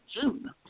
June